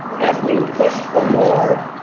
as we have pushed for more